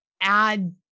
add